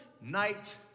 night